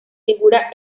figura